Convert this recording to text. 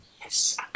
yes